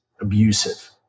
abusive